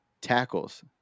Tackles